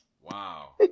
Wow